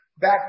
back